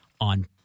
on